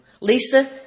Lisa